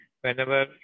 whenever